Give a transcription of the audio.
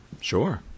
Sure